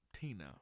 Tina